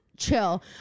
chill